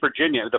Virginia